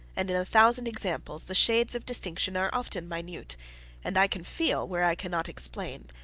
and in a thousand examples, the shades of distinction are often minute and i can feel, where i cannot explain,